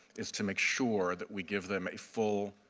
is to make sure that we give them a full,